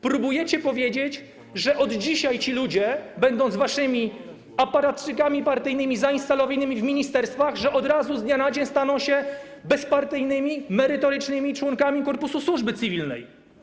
Próbujecie powiedzieć, że od dzisiaj ci ludzie, będąc waszymi aparatczykami partyjnymi zainstalowanymi w ministerstwach, od razu, z dnia na dzień, staną się bezpartyjnymi, merytorycznymi członkami korpusu służby cywilnej.